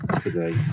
today